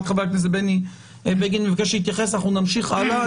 חבר הכנסת בני בגין מפגש להתייחס ואז אנחנו נמשיך הלאה.